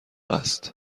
است